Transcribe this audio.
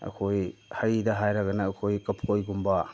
ꯑꯩꯈꯣꯏ ꯍꯩꯗ ꯍꯥꯏꯔꯒꯅ ꯑꯩꯈꯣꯏ ꯀꯝꯐꯣꯏꯒꯨꯝꯕ